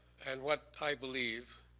and what i believe